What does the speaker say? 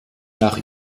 nach